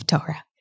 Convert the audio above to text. Torah